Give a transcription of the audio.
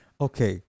Okay